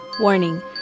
Warning